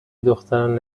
دختران